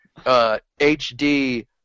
HD